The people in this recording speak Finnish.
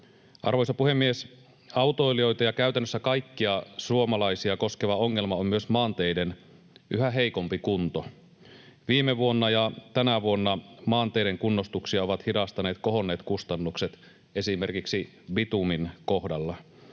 Arvoisa puhemies! Autoilijoita ja käytännössä kaikkia suomalaisia koskeva ongelma on myös maanteiden yhä heikompi kunto. Viime vuonna ja tänä vuonna maanteiden kunnostuksia ovat hidastaneet kohonneet kustannukset esimerkiksi bitumin kohdalla.